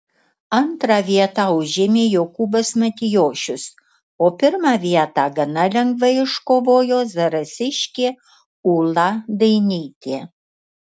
antrą vietą užėmė jokūbas matijošius o pirmą vietą gana lengvai iškovojo zarasiškė ūla dainytė